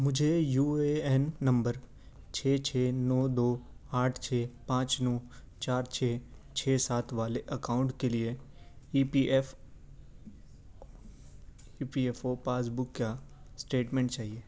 مجھے U A N نمبر چھ چھ نو دو آٹھ چھ پانچ نو چار چھ چھ سات والے اکاؤنٹ کے لیے E P F E P F O passbook کا اسٹیٹمنٹ چاہیے